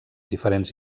diferents